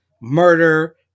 murder